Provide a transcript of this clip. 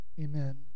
amen